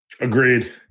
Agreed